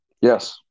Yes